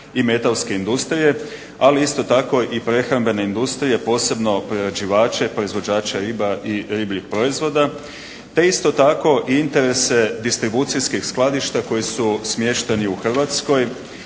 i metalske industrije ali isto tako i prehrambene industrije posebno prerađivače, proizvođača riba i ribljih proizvoda te isto tako interese distribucijskih skladišta koji su smješteni u Hrvatskoj,